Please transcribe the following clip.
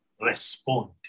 respond